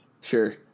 sure